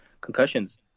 concussions